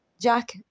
Jack